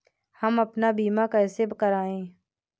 हम अपना बीमा कैसे कराए?